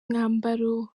mwambaro